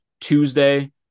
Tuesday